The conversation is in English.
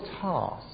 task